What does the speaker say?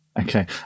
Okay